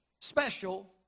special